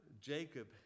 Jacob